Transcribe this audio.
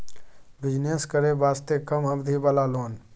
Business करे वास्ते कम अवधि वाला लोन?